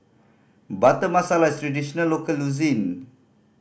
Butter Masala is a traditional local cuisine